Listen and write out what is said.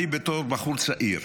אני כבחור צעיר,